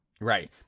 Right